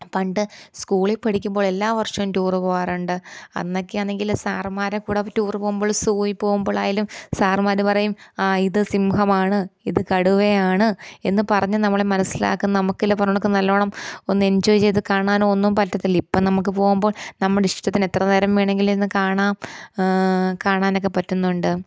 പണ്ട് സ്കൂളിൽ പഠിക്കുമ്പോൾ എല്ലാ വർഷവും ടൂറ് പോവാറുണ്ട് അന്നൊക്കെയാണെങ്കിൽ സാറമ്മാരുടെ കൂടെ ടൂറ് പോകുമ്പോൾ സൂയിൽ പോകുമ്പോഴായാലും സാറമ്മാർ പറയും ആ ഇത് സിംഹമാണ് ഇത് കടുവയാണ് എന്നു പറഞ്ഞ് നമ്മളെ മനസ്സിലാക്കും നമുക്കില്ല പറഞ്ഞ കണക്ക് നല്ലോണം ഒന്ന് എഞ്ചോയ് ചെയ്തു കാണാനോ ഒന്നും പറ്റത്തില്ല ഇപ്പം നമ്മൾക്ക് പോവുമ്പോൾ നമ്മുടെ ഇഷ്ടത്തിന് എത്രനേരം വേണമെങ്കിലിരുന്ന് കാണാം കാണാനൊക്കെ പറ്റുന്നുണ്ട്